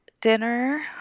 dinner